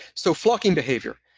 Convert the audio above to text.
so flocking behavior,